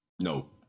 No